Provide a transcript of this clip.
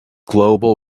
global